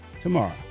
tomorrow